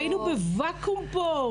היינו בוואקום פה,